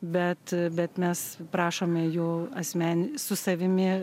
bet bet mes prašome jų asme su savimi